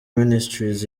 ministries